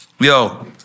Yo